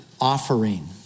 offering